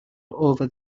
over